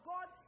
God